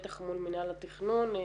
בטח מול מנהל התכנון.